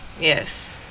Yes